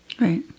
Right